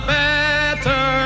better